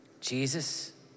Jesus